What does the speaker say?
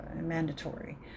mandatory